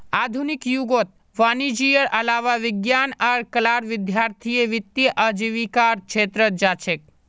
आधुनिक युगत वाणिजयेर अलावा विज्ञान आर कलार विद्यार्थीय वित्तीय आजीविकार छेत्रत जा छेक